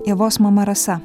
ievos mama rasa